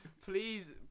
Please